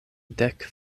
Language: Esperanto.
dek